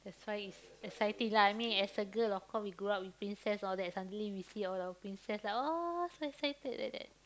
that's why it's exciting lah I mean as a girl of course we grow up with princess all that suddenly we see all our princess like oh so excited like that